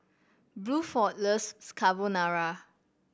Bluford loves Carbonara